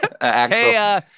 Hey